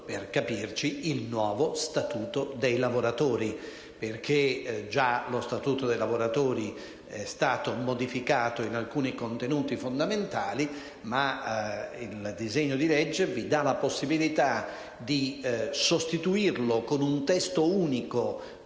ossia il nuovo statuto dei lavoratori. Lo statuto dei lavoratori è stato già modificato in alcuni contenuti fondamentali, ma il disegno di legge vi dà la possibilità di sostituirlo con un testo unico